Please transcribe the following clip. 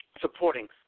supporting